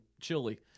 chili